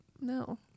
No